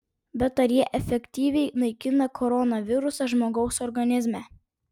bet ar jie efektyviai naikina koronavirusą žmogaus organizme